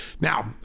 Now